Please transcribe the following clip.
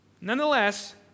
Nonetheless